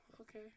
Okay